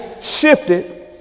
shifted